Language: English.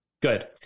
good